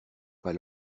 pas